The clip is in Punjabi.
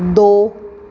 ਦੋ